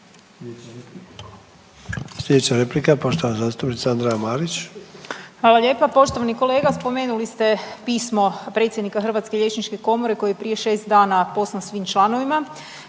Sljedeća replika poštovana zastupnica Andreja Marić. **Marić, Andreja (SDP)** Hvala lijepa. Poštovani kolega. Spominjali ste pismo predsjednika Hrvatske liječničke komore koje je prije šest dana poslano svim članovima